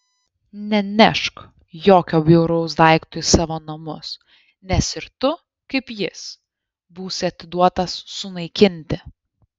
nenešk jokio bjauraus daikto į savo namus nes ir tu kaip jis būsi atiduotas sunaikinti